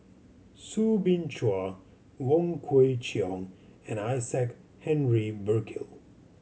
Soo Bin Chua Wong Kwei Cheong and Isaac Henry Burkill